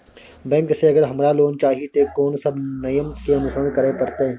Bank से अगर हमरा लोन चाही ते कोन सब नियम के अनुसरण करे परतै?